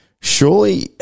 surely